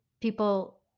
people